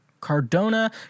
Cardona